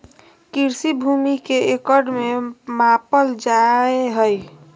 कृषि भूमि के एकड़ में मापल जाय हइ